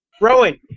Rowan